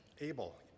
Abel